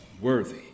worthy